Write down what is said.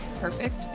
Perfect